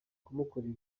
kumukorera